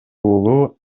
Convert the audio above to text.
уулу